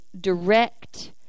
direct